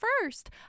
first